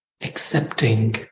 Accepting